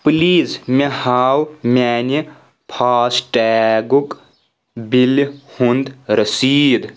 please مےٚ ہاو میانہِ فاسٹیگُک بِلہِ ہُند رسیٖد